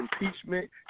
impeachment